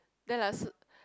then us